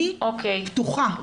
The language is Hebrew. אני פתוחה,